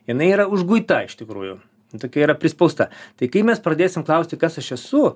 jinai yra užguita iš tikrųjų tokia yra prispausta tai kai mes pradėsim klausti kas aš esu